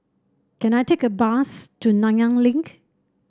can I take a bus to Nanyang Link